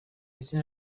izina